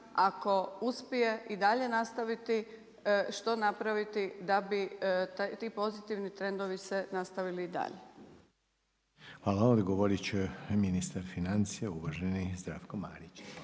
ako uspije i dalje nastaviti što napraviti da bi se ti pozitivni trendovi nastavili i dalje? **Reiner, Željko (HDZ)** Hvala. Odgovorit će ministar financija uvaženi Zdravko Marić.